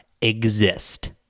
exist